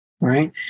right